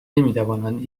نمیتوانند